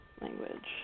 Language